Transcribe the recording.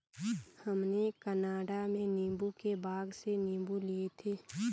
हमने कनाडा में नींबू के बाग से नींबू लिए थे